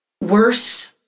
worse